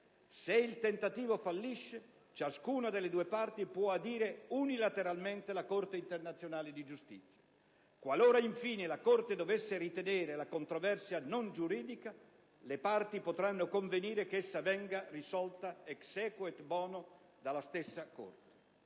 Se il tentativo fallisce, ciascuna delle due parti può adire unilateralmente la Corte internazionale di giustizia. Qualora, infine, la Corte dovesse ritenere la controversia non giuridica, le parti potranno convenire che essa venga risolta *ex aequo et bono* dalla stessa Corte.